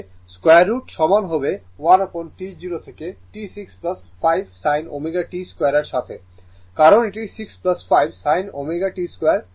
সুতরাং এই ক্ষেত্রে 2√ সমান হবে 1 upon T 0 থেকে T 6 5 sin ω t2 এর সাথে কারণ এটি 6 5 sin ω t2dt এর সমান